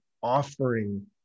offering